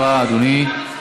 תודה רבה, אדוני.